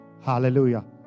Hallelujah